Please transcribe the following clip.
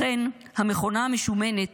לכן המכונה המשומנת